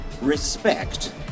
respect